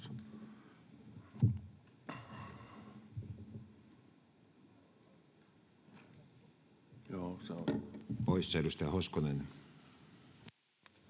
poissa. — Edustaja Hoskonen.